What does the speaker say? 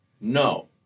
no